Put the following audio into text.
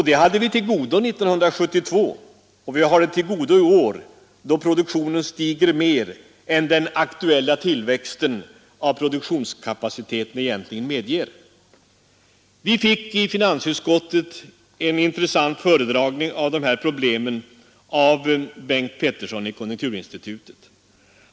Det hade vi till godo 1972, och vi har det till godo i år, då produktionen stiger mer än den aktuella tillväxten av produktionskapaciteten egentligen medger. Vi fick i finansutskottet en intressant föredragning beträffande dessa problem av Bengt Pettersson från konjunkturinstitutet.